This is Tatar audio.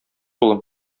улым